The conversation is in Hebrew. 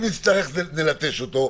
אם נצטרך נלטש אותו,